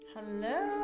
hello